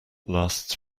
lasts